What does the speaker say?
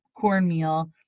cornmeal